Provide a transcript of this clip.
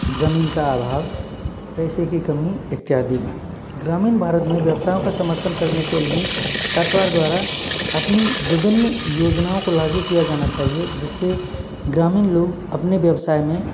जमीन का अभाव पैसे की कमी इत्यादि ग्रामीण भारत में व्यवसाओं का समर्थन करने के लिए सरकार द्वारा अपनी विभिन्न योजनाओं को लागू किया जाना चाहिए जिससे ग्रामीण लोग अपने व्यवसाय में